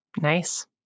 Nice